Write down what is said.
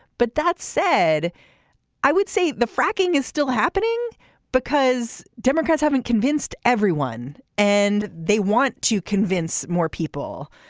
but that said i would say the fracking is still happening because democrats haven't convinced everyone and they want to convince more people.